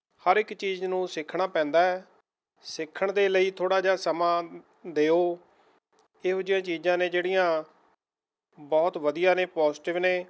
ਹਰ ਇੱਕ ਚੀਜ਼ ਨੂੰ ਸਿੱਖਣਾ ਪੈਂਦਾ ਹੈ ਸਿੱਖਣ ਦੇ ਲਈ ਥੋੜ੍ਹਾ ਜਿਹਾ ਸਮਾਂ ਦਿਉ ਇਹੋ ਜਿਹੀਆਂ ਚੀਜ਼ਾਂ ਨੇ ਜਿਹੜੀਆਂ ਬਹੁਤ ਵਧੀਆ ਨੇ ਪੋਜ਼ੀਟਿਵ ਨੇ